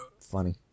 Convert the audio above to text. funny